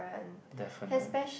definitely